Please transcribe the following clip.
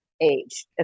age